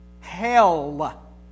Hell